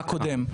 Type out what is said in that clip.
הקודם.